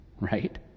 right